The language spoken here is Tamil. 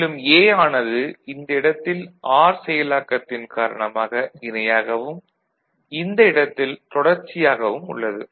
மேலும் A ஆனது இந்த இடத்தில் ஆர் செயலாக்கத்தின் காரணமாக இணையாகவும் இந்த இடத்தில் தொடர்ச்சியாகவும் உள்ளது